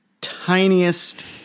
tiniest